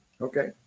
Okay